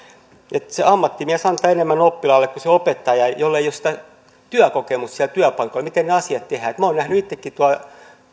eli se ammattimies antaa enemmän oppilaalle kuin se opettaja jolla ei ole sitä työkokemusta sieltä työpaikoilta miten ne asiat tehdään minä olen nähnyt itsekin tuolla